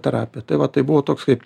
terapija tai va tai buvo toks kaip